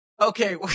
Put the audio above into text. Okay